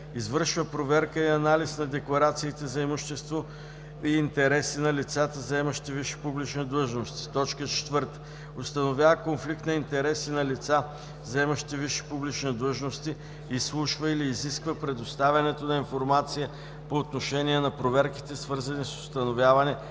извършва проверка и анализ на декларациите за имущество и интереси на лицата, заемащи висши публични длъжности; 4. установява конфликт на интереси на лица, заемащи висши публични длъжности; изслушва или изисква предоставянето на информация по отношение на проверките, свързани с установяване